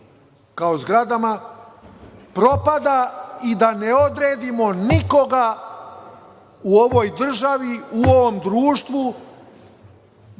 tih zgrada propada i da ne odredimo nikoga u ovoj državi, u ovom društvu